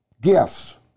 gifts